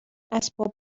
اسباب